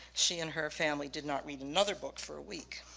she and her family did not read another book for a week.